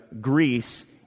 Greece